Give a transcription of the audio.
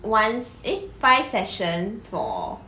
once eh five session for